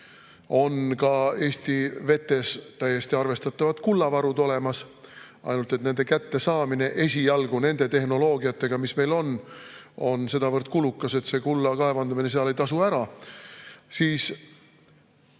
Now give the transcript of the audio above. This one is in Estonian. on ka Eesti vetes täiesti arvestatavad kullavarud olemas, ainult et nende kättesaamine tehnoloogiatega, mis meil on, on sedavõrd kulukas, et kulla kaevandamine ei tasu ära –,